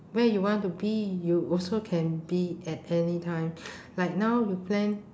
where you want to be you also can be at any time like now you plan